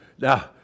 Now